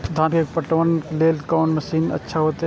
धान के पटवन के लेल कोन मशीन अच्छा होते?